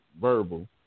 verbal